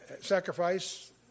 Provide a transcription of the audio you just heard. sacrifice